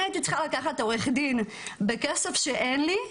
אני הייתי צריכה לקחת עורך דין בכסף שאין לי,